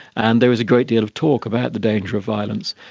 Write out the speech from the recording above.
and there is a great deal of talk about the danger of violence.